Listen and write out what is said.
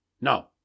No